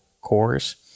cores